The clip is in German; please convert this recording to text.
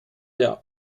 der